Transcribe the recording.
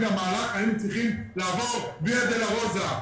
למהלך היינו צריכים לעבור ויה דולורוזה.